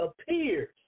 appears